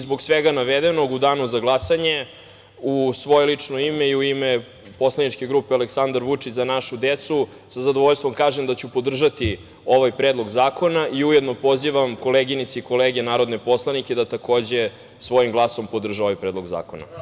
Zbog svega navedenog u Danu za glasanje u svoje lično ime i u ime poslaničke grupe Aleksandar Vučić – Za našu decu sa zadovoljstvom kažem da ću podržati ovaj Predlog zakona i ujedno pozivam koleginice i kolege narodne poslanike da takođe svojim glasom podrže ovaj Predlog zakona.